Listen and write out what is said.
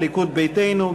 הליכוד ביתנו.